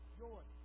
joy